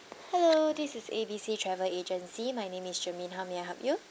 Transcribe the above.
hello this is A B C travel agency my name is shermaine how may I help you